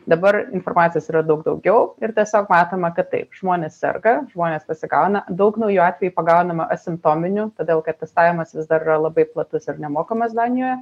dabar informacijos yra daug daugiau ir tiesiog matoma kad taip žmonės serga žmonės pasigauna daug naujų atvejų pagaunama asimptominių todėl kad testavimas vis dar yra labai platus ir nemokamas danijoje